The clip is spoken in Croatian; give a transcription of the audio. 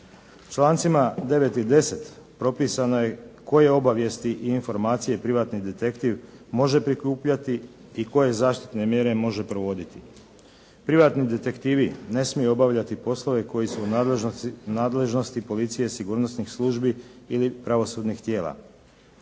Člancima 9. i 10. propisano je koje obavijesti i informacije privatni detektiv može prikupljati i koje zaštitne mjere može provoditi. Privatni detektivi ne smiju obavljati poslove koji su u nadležnosti policije, sigurnosnih službi ili pravosudnih tijela.